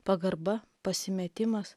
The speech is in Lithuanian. pagarba pasimetimas